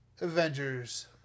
Avengers